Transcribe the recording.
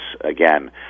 again